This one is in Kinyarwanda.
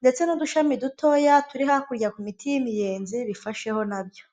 ndetse n'udushami dutoya turi hakurya ku miti y'imiyenzi bifasheho nabyo.